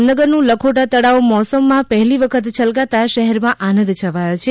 જામનગર નું લખોટા તળાવ મોસમ માં પહેલી વખત છલકાતા શહેર માં આનંદ છવાયો છે